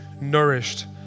nourished